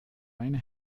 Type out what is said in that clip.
meine